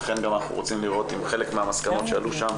ולכן אנחנו רוצים לבדוק אם חלק מהמסקנות שעלו שם